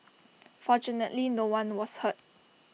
fortunately no one was hurt